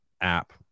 app